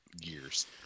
years